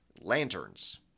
Lanterns